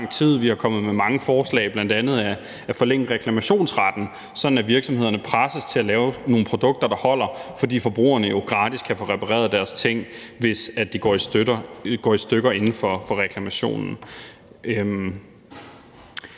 Vi er kommet med mange forslag, bl.a. at forlænge reklamationsretten, sådan at virksomhederne presses til at lave nogle produkter, der holder, fordi forbrugerne jo gratis kan få repareret deres ting, hvis de går i stykker inden for reklamationstiden.